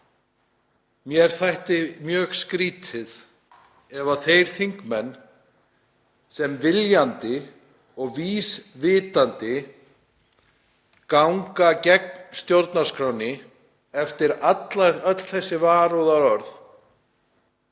mér þætti mjög skrýtið ef þeir þingmenn sem viljandi og vísvitandi ganga gegn stjórnarskránni eftir öll þessi varúðarorð